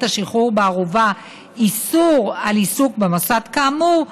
השחרור בערובה איסור על עיסוק במוסד כאמור,